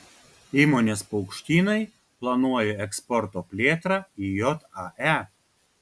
įmonės paukštynai planuoja eksporto plėtrą į jae